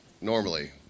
normally